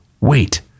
wait